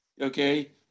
okay